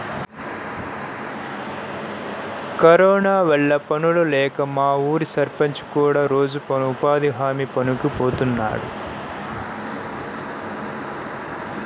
corona వల్ల పనుల్లేక మా ఊరి సర్పంచ్ కూడా రోజూ ఉపాధి హామీ పనికి బోతన్నాడు